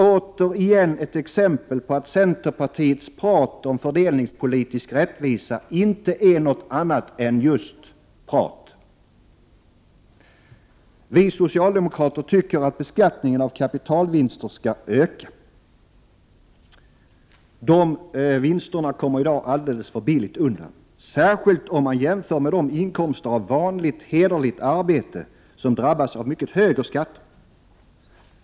Återigen ett exempel på att centerpartiets tal om fördelningspolitisk rättvisa inte är något annat än just prat. Vi socialdemokrater tycker att beskattningen av kapitalvinster skall öka. De kommer i dag alldeles för billigt undan, särskilt om man jämför dem med inkomster av vanligt hederligt arbete, som drabbas av mycket högre skatter.